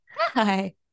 Hi